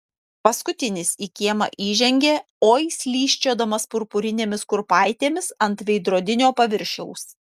paskutinis į kiemą įžengė oi slysčiodamas purpurinėmis kurpaitėmis ant veidrodinio paviršiaus